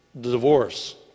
divorce